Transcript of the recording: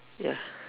ya